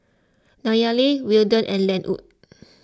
Nayely Weldon and Lenwood